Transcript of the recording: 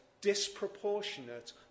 disproportionate